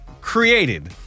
created